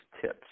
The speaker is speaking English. tips